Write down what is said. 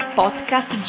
podcast